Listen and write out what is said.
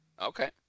Okay